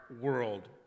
world